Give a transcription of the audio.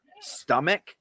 stomach